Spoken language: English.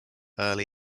early